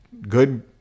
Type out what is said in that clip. good